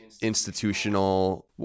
institutional